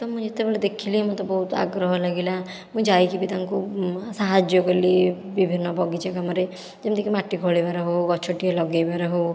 ତ ମୁଁ ଯେତେବେଳେ ଦେଖିଲି ମୋତେ ବହୁତ ଆଗ୍ରହ ଲାଗିଲା ମୁଁ ଯାଇକି ବି ତାଙ୍କୁ ସାହାଯ୍ୟ କଲି ବିଭିନ୍ନ ବଗିଚା କାମରେ ଯେମିତିକି ମାଟି ଖୋଳିବାରେ ହେଉ ଗଛ ଟିକିଏ ଲଗେଇବାରେ ହେଉ